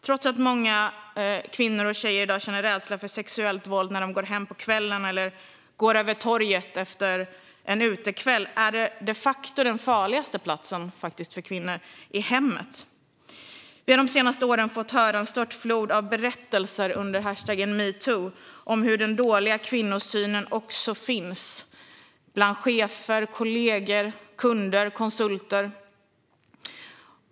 Trots att många kvinnor och tjejer i dag känner rädsla för sexuellt våld när de går hem på kvällen eller går över torget efter en utekväll är hemmet de facto den farligaste platsen för kvinnor. Vi har det senaste året fått höra en störtflod av berättelser under #metoo om hur den dåliga kvinnosynen också finns bland chefer, kollegor, kunder och konsulter.